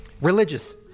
religious